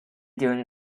during